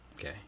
Okay